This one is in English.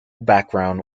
background